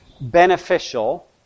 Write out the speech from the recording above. beneficial